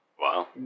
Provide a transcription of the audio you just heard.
Wow